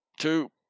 Two